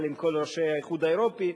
אבל עם כל ראשי האיחוד האירופי,